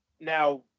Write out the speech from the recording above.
now